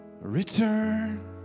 Return